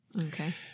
Okay